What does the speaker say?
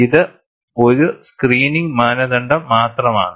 ഇത് ഒരു സ്ക്രീനിംഗ് മാനദണ്ഡം മാത്രമാണ്